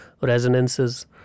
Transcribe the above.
resonances